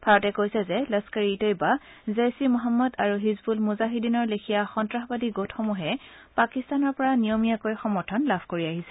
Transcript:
ভাৰতে কৈছে যে লক্সৰ ই তৈয়বা জইছ ই মহম্মদ আৰু হিজবুল মুজাহিদীনৰ লেখীয়া সন্তাসবাদী গোটসমূহে পাকিস্তানৰ পৰা নিয়মীয়াকৈ সমৰ্থন লাভ কৰি আহিছে